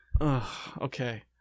Okay